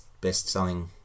best-selling